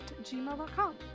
gmail.com